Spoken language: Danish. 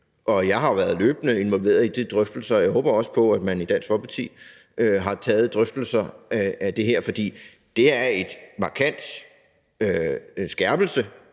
Jeg har været løbende involveret i de drøftelser, og jeg håber også på, at man i Dansk Folkeparti har taget drøftelser om det her, for det er en markant skærpelse